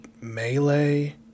Melee